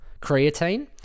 creatine